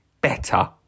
Better